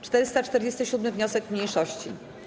447. wniosek mniejszości.